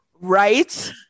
Right